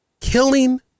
killing